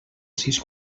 sis